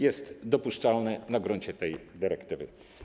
Jest dopuszczalne na gruncie tej dyrektywy.